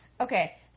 Okay